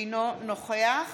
אינו נוכח